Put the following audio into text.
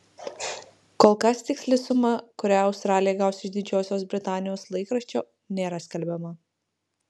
kol kas tiksli suma kurią australė gaus iš didžiosios britanijos laikraščio nėra skelbiama